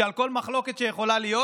שעל כל מחלוקת שיכולה להיות